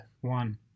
One